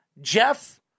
Jeff